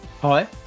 Hi